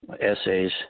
essays